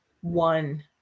one